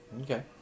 Okay